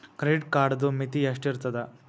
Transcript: Credit ಕಾರ್ಡದು ಮಿತಿ ಎಷ್ಟ ಇರ್ತದ?